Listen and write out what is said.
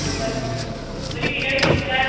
ഉണ്ട് ഒരു കിലോയ്ക്കിത്ര